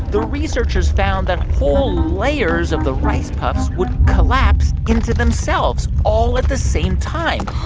the researchers found that whole layers of the rice puffs would collapse into themselves all at the same time,